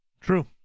True